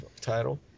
title